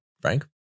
frank